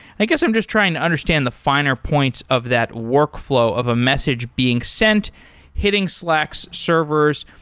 i guess i'm just trying to understand the finer points of that workflow of a message being sent hitting slack's servers,